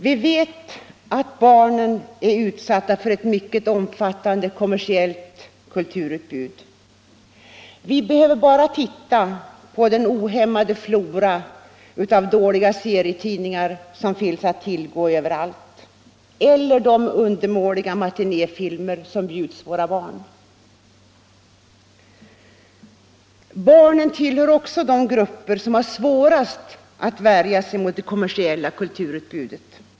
Vi vet att barnen är utsatta för ett mycket omfattande kommersiellt kulturutbud. Vi behöver bara se på den ohämmade flora av dåliga serietidningar som finns att tillgå överallt eller på de undermåliga matinéfilmer som bjuds våra barn. Barnen tillhör också de grupper som har det svårast att värja sig mot det kommersiella kulturutbudet.